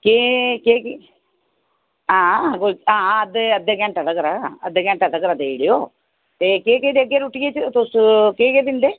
केह् केह् केह् हां हां कोई अद्धे घैंटे तगरा अद्धे घैंटे तगरा देई ओड़ेओ ते केह् केह् देगे रोटियै च तुस केह् केह् दिंदे